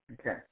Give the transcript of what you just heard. Okay